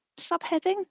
subheading